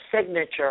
signature